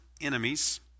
enemies